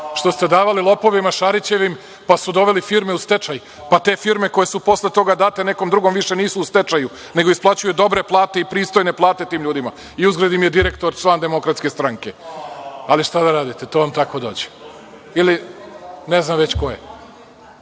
što ste davali lopovima Šarićevim pa su doveli firme u stečaj, pa te firme koje su posle toga date nekom drugom više nisu u stečaju, nego isplaćuju dobre plate i pristojne plate tim ljudima i uzgred im je direktor član DS, šta da radite, to vam tako dođe, ne znam već koje. Šta